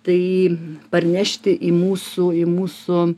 tai parnešti į mūsų į mūsų